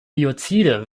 biozide